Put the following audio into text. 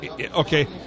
Okay